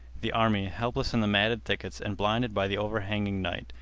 the army, helpless in the matted thickets and blinded by the overhanging night,